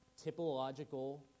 typological